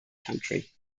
country